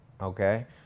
okay